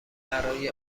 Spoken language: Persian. البرای